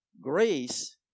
Grace